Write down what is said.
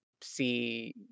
see